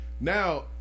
now